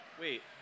Wait